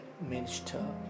Minister